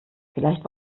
vielleicht